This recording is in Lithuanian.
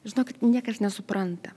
žinokit niekas nesupranta